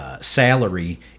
Salary